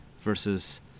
versus